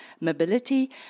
mobility